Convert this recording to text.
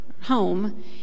home